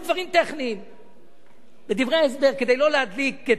כדי לא להדליק את הנורות האמיתיות לגבי החוק הזה.